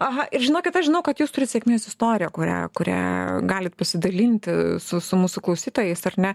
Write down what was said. aha ir žinokit aš žinau kad jūs turit sėkmės istoriją kuria kuria galit pasidalinti su su mūsų klausytojais ar ne